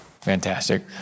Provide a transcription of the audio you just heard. Fantastic